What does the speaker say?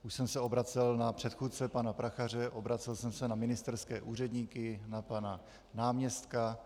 Už jsem se obracel na předchůdce pana Prachaře, obracel jsem se na ministerské úředníky, na pana náměstka.